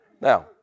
Now